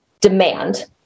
demand